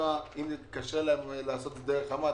אם קשה לעשות דרך החברה הממשלתית,